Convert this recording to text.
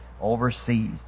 overseas